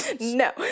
No